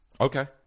Okay